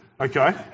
Okay